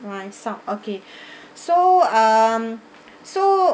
ah it's out okay so um so